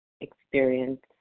experience